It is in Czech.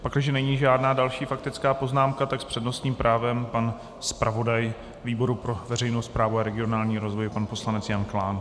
Pakliže není žádná faktická poznámka, s přednostním právem pan zpravodaj výboru pro veřejnou správu a regionální rozvoj pan poslanec Jan Klán.